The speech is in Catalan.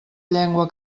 llengua